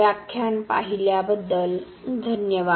व्याख्यान पाहिल्याबद्दल धन्यवाद